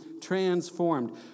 transformed